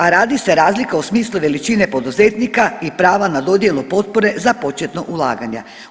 A radi se razlika u smislu veličine poduzetnika i prava na dodjelu potpore za početno ulaganja.